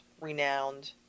renowned